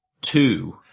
two